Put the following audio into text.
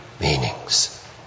meanings